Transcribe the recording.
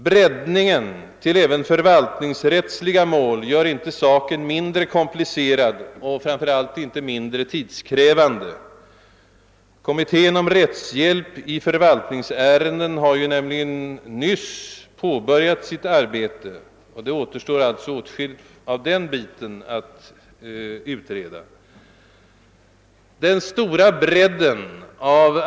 Breddningen till förvaltningsrättsliga mål gör inte saken mindre komplicerad och framför allt inte mindre tidskrävande. Kommittén om rättshjälp i förvaltningsärenden har ju nämligen tämligen nyss påbörjat sitt arbete och det återstår alltså åtskilligt att utreda på det området.